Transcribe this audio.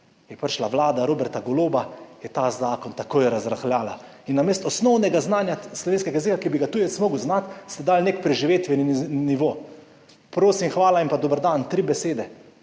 Je prišla vlada Roberta Goloba, je ta zakon takoj razrahljala in namesto osnovnega znanja slovenskega jezika, ki bi ga tujec moral znati, ste dali neki preživetveni nivo, prosim, hvala in pa dober dan, tri besede.